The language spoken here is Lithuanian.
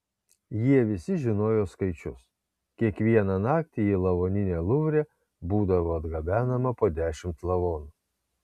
jie visi žinojo skaičius kiekvieną naktį į lavoninę luvre būdavo atgabenama po dešimt lavonų